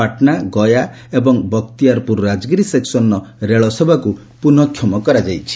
ପାଟନା ଗୟା ଏବଂ ବଖ୍ତିଆରପୁର ରାଜଗିରି ସେକ୍କନ୍ର ରେଳସେବାକୁ ପୁନଃକ୍ଷମ କରାଯାଇଛି